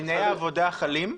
דיני העבודה חלים?